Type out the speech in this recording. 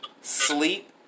sleep